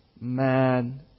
man